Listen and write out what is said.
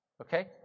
okay